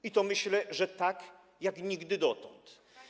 I to myślę, że tak, jak nigdy dotąd.